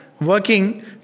working